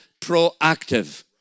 proactive